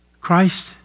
Christ